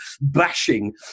bashing